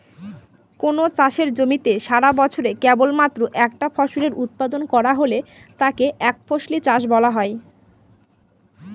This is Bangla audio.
কোনো চাষের জমিতে সারাবছরে কেবলমাত্র একটা ফসলের উৎপাদন করা হলে তাকে একফসলি চাষ বলা হয়